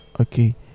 okay